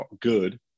good